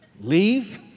leave